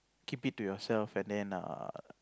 keep it to yourself and then err